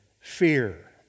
fear